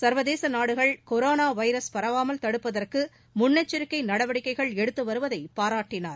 சர்வதேச நாடுகள் corona virus பரவாமல் தடுப்பதற்கு முன்னெச்சரிக்கை நடவடிக்கைகள் எடுத்துவருவதை பாராட்டினார்